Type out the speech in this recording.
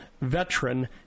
veteran